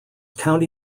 county